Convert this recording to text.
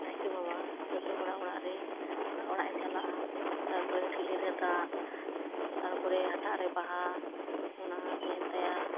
ᱱᱟᱭᱠᱮ ᱵᱟᱵᱟ ᱡᱚᱛᱚ ᱦᱚᱲᱟᱜ ᱚᱲᱟᱜ ᱨᱮ ᱚᱲᱟᱜ ᱚᱲᱟᱜ ᱮ ᱪᱟᱞᱟᱜᱼᱟ ᱛᱟᱨᱯᱚᱨᱮ ᱴᱷᱤᱞᱤ ᱨᱮ ᱫᱟᱜ ᱛᱟᱨᱯᱚᱨᱮ ᱦᱟᱴᱟᱜ ᱨᱮ ᱵᱟᱦᱟ ᱚᱱᱟ ᱛᱟᱦᱮᱱ ᱛᱟᱭᱟ